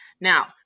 Now